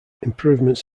improvements